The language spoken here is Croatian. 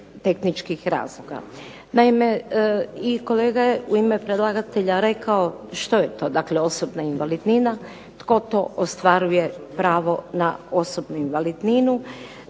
Naime, i kolega je u ime predlagatelja rekao što je to osobna invalidnina, tko to ostvaruje pravo na osobnu invalidninu